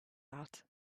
out